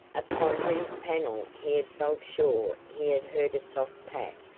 upon whose panel he had felt sure he had heard a soft pat,